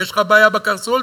יש לך בעיה בקרסול,